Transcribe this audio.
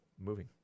moving